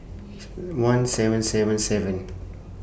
one seven seven seven